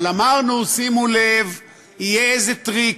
אבל אמרנו: שימו לב, יהיה איזה טריק,